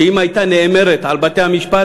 שאם הייתה נאמרת על בתי-המשפט,